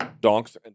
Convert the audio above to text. donks